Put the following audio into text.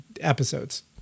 episodes